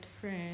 friend